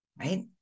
right